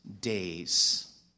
days